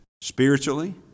spiritually